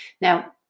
Now